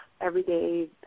everyday